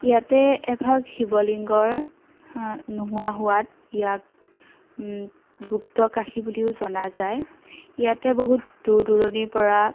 ইয়াতে এভাগ শিৱলিংগৰ নোহোৱা হোৱাত ইয়াক গুপ্তকাশী বুলিও জনা যায় ইয়াতে বহুত দূৰ দূৰণিৰ পৰা